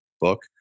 book